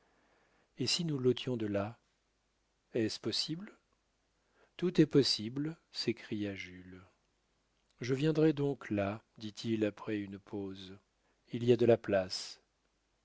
bal si nous l'ôtions de là est-ce possible tout est possible s'écria jules je viendrai donc là dit-il après une pause il y a de la place